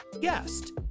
guest